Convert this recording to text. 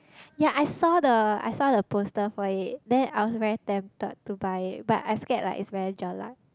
yea I saw the I saw the poster for it then I was very tempted to buy it but I scared like it's very jelak